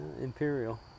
Imperial